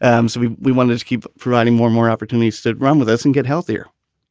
um so we we wanted to keep providing more, more opportunities that run with us and get healthier